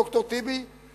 ד"ר טיבי,